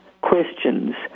questions